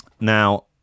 Now